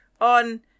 on